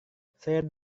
saya